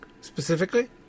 Specifically